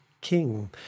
King